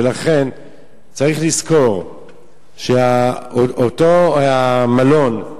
ולכן צריך לזכור שאותו המלון,